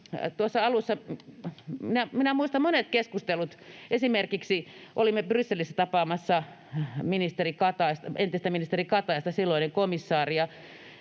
tuossa alussa, muistan monet keskustelut, esimerkiksi kun olimme Brysselissä tapaamassa entistä ministeri Kataista, silloista komissaaria,